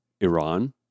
Iran